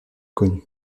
connu